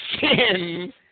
sin